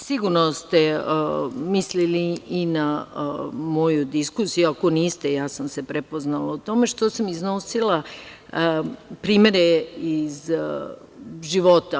Sigurno ste mislili i na moju diskusiju, ako niste, ja sam se prepoznala u tome, što sam iznosila primere iz života.